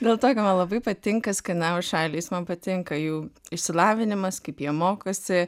dėl to man labai patinka skandinavų šalys man patinka jų išsilavinimas kaip jie mokosi